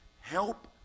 Help